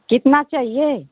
कितना चाहिए